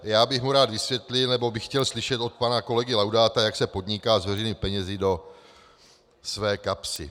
Já bych mu rád vysvětlil, nebo bych chtěl slyšet od pana kolegy Laudáta, jak se podniká s veřejnými penězi do své kapsy.